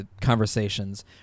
conversations